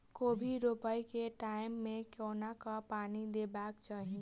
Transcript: कोबी रोपय केँ टायम मे कोना कऽ पानि देबाक चही?